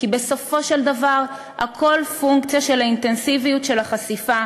כי בסופו של דבר הכול פונקציה של האינטנסיביות של החשיפה,